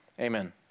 Amen